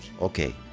okay